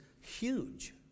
huge